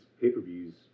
pay-per-views